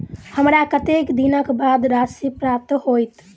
हमरा कत्तेक दिनक बाद राशि प्राप्त होइत?